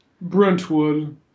Brentwood